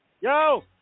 yo